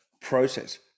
process